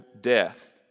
death